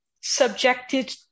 subjected